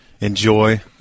enjoy